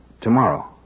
Tomorrow